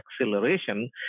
acceleration